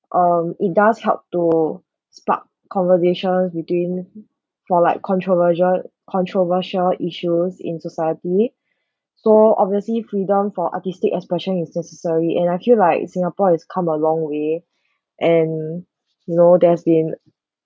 um it does help to spark conversations between for like controversial controversial issues in society so obviously freedom for artistic expression is necessary and I feel like singapore has come a long way and you know there has been